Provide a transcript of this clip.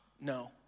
No